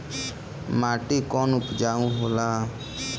माटी कौन उपजाऊ होला?